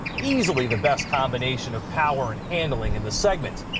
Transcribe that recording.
easily the best combination of power and handling in the segment.